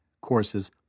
courses